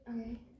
okay